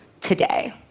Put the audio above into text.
today